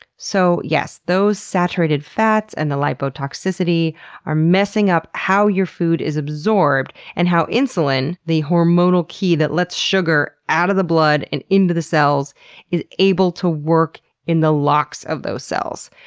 so yes, those saturated fats and the like liptoxicity are messing up how your food is absorbed, and how insulin the hormonal key that let's sugar out of the blood and into the cells is able to work in the locks of those cells.